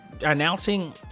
announcing